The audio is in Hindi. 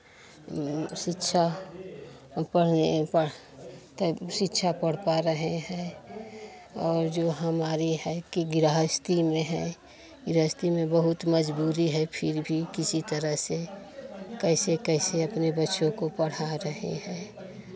शिक्षा पढ़ने पढ़ तब शिक्षा पढ़ पा रहे हैं और जो हमारी है कि गृहस्थी में है गृहस्थी में बहुत मज़बूरी है फिर भी किसी तरह से कैसे कैसे अपने बच्चों को पढ़ा रहे हैं